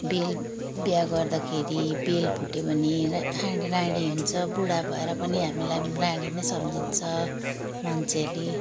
बेल बिहा गर्दाखेरि बेल फुट्यो भने राँडी हुन्छ बुढा भएर पनि हामीलाई राँडी नै सन्झिन्छ मान्छेले